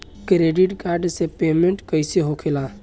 Credit card से payment कईसे होखेला?